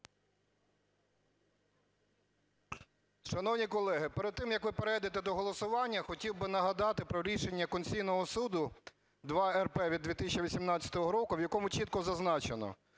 Шановні колеги, перед тим, як ви перейдете до голосування, хотів би нагадати про Рішення Конституційного Суду 2-рп від 2018 року, в якому чітко зазначено,